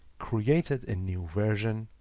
created a new version,